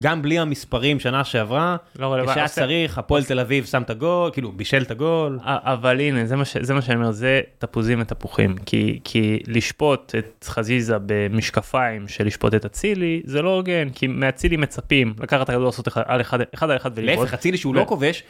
גם בלי המספרים שנה שעברה, כשצריך, הפועל תל אביב שם את הגול, כאילו בישל את הגול. אבל הנה, זה מה שאני אומר, זה תפוזים ותפוחים, כי לשפוט את חזיזה במשקפיים של לשפוט את הצילי, זה לא הוגן, כי מהצילי מצפים, וככה אתה יכול לעשות על אחד, אחד על אחד, ולכך הצילי שהוא לא כובש.